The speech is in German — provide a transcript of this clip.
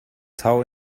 tau